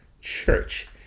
Church